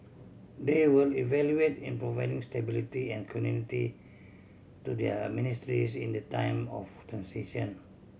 they will evaluate in providing stability and continuity to their ministries in the time of transition